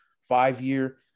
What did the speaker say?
five-year